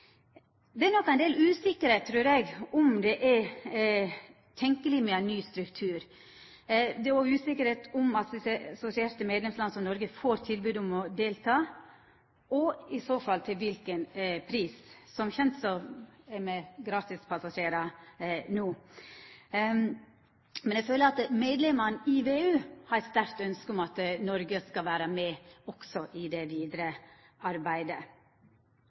Det er nokså usikkert, trur eg, om det er tenkjeleg med ein ny struktur. Det er òg uvisst om assosierte medlemsland som Noreg får tilbod om å delta, og i så fall til kva for ein pris – som kjent er me gratispassasjerar no. Men eg føler at medlemene i VEU har eit sterkt ønskje om at Noreg skal vera med også i det vidare arbeidet.